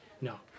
No